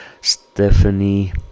Stephanie